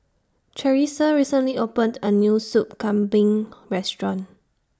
Charissa recently opened A New Soup Kambing Restaurant